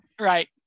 Right